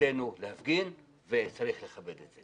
זכותנו להפגין וצריך לכבד את זה.